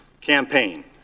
campaign